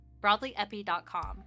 BroadlyEpi.com